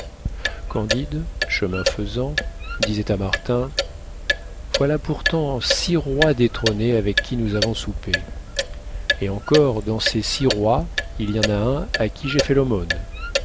candide chemin fesant disait à martin voilà pourtant six rois détrônés avec qui nous avons soupé et encore dans ces six rois il y en a un à qui j'ai fait